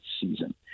season